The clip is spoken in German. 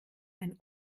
einen